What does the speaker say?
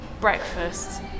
breakfast